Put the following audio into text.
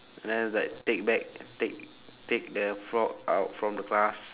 then was like take back take take the frog out from the class